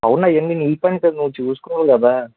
అవును అయ్యా అన్నీ నీ పాయింట్యువ్లో నువ్వు చూసుకోవాలి గదా